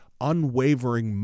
unwavering